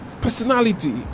personality